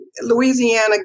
Louisiana